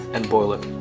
and boil it.